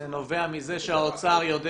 זה נובע מזה שהאוצר יודע